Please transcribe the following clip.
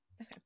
Okay